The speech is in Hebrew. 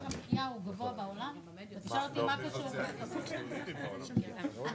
עולה על 50 אלף שקלים חדשים 6,000 שקלים חדשים".